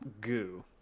goo